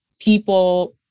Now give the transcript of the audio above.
people